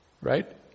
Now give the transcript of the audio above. Right